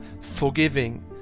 forgiving